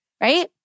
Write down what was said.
right